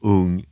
ung